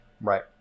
right